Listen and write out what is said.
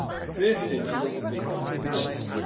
the first two numbers will be ninety six.